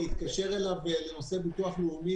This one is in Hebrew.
להתקשר אליו בנושא הביטוח הלאומי,